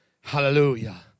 Hallelujah